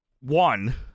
one